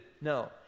No